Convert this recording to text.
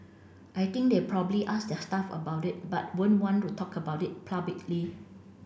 I think they'll probably ask their staff about it but won't want to talk about it publicly